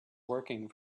working